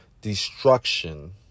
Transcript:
destruction